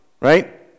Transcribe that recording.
right